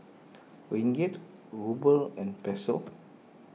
Ringgit Ruble and Peso